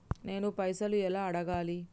నేను పైసలు ఎలా అడగాలి?